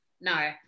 No